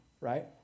right